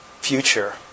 future